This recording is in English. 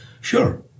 sure